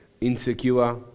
Insecure